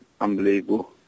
unbelievable